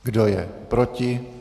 Kdo je proti?